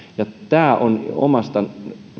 ja tämä on omasta